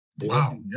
Wow